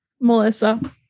Melissa